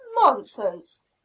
nonsense